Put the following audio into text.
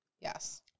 yes